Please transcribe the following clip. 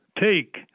take